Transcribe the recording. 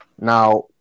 Now